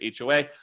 HOA